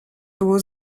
było